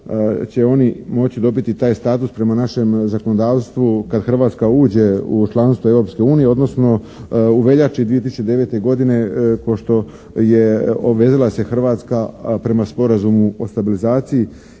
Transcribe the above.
će oni moći dobiti taj status prema našem zakonodavstvu kad Hrvatska uđe u članstvo Europske unije, odnosno u veljači 2009. godine kao što je obvezala se Hrvatska prema sporazumu o stabilizaciji